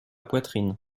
poitrine